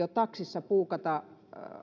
jo taksissa buukata